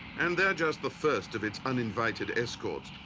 and they're just the first of its uninvited escorts,